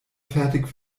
fertig